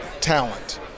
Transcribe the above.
talent